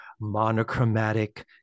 monochromatic